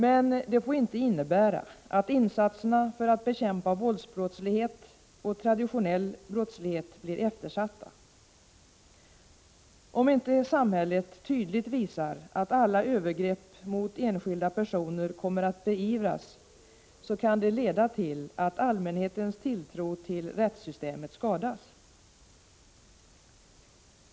Men det får inte innebära att insatserna för att bekämpa våldsbrottslighet och traditionell brottslighet blir eftersatta. Om inte samhället tydligt visar att alla övergrepp mot enskilda personer kommer att beivras, kan det leda till att allmänhetens tilltro till rättssystemet skadas.